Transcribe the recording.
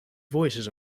voices